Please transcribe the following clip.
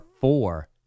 four